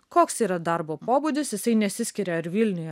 koks yra darbo pobūdis jisai nesiskiria ar vilniuje